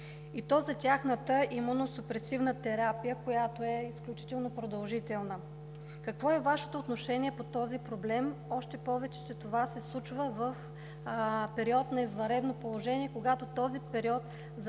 и то за тяхната имуносупресивна терапия, която е изключително продължителна. Какво е Вашето отношение по този проблем, още повече че това се случва в период на извънредно положение, когато този период за